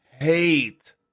hate